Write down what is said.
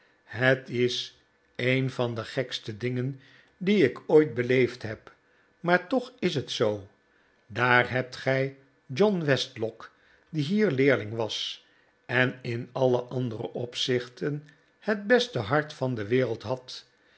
het is een van de gekste dingen die ik ooit beleefd heb maar toch is het zoo daar hebt gij john westlock die hier leerling was en in alle andere opzichten het beste hart van de wereld had